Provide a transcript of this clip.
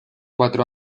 cuatro